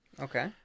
Okay